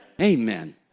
Amen